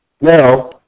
Now